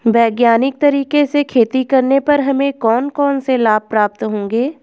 वैज्ञानिक तरीके से खेती करने पर हमें कौन कौन से लाभ प्राप्त होंगे?